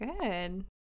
Good